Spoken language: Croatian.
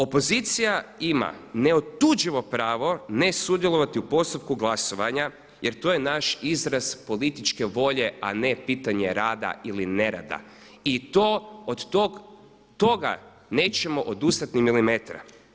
Opozicija ima neotuđivo pravo ne sudjelovati u postupku glasovanja jer to je naš izraz političke volje, a ne pitanje rada ili ne rada i od toga nećemo odustati ni milimetra.